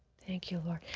thank you, lord.